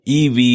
EV